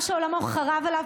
אני לא חרדית,